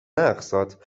اقساط